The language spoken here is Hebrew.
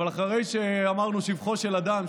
אבל אחרי שאמרנו שבחו של אדם,